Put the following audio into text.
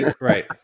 right